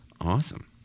Awesome